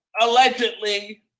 allegedly